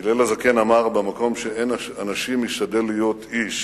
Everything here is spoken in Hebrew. הלל הזקן אמר: "במקום שאין אנשים השתדל להיות איש".